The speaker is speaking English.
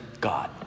God